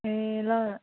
ए ल ल